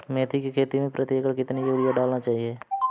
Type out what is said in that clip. मेथी के खेती में प्रति एकड़ कितनी यूरिया डालना चाहिए?